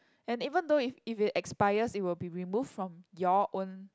and even though if if it expires it will be removed from your own